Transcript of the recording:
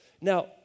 Now